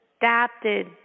adapted